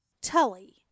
Tully